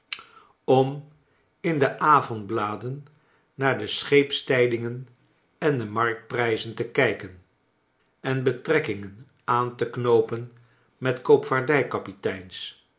om in de avondbladen naar de scheepstijdingen en de marktprijzen te kijken en betrekkingen aan te knoopen met koopvaardijkapiteins